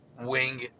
wing